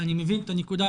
אני מבין את הנקודה,